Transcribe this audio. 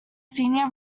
senior